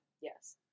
Yes